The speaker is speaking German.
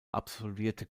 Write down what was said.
absolvierte